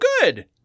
good